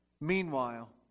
Meanwhile